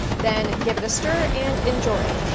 then give it a stir and enjoy.